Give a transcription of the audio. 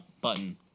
button